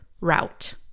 route